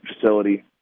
facility